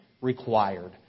required